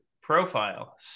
Profile